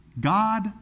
God